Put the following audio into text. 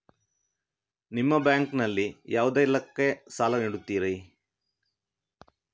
ನಿಮ್ಮ ಬ್ಯಾಂಕ್ ನಲ್ಲಿ ಯಾವುದೇಲ್ಲಕ್ಕೆ ಸಾಲ ನೀಡುತ್ತಿರಿ?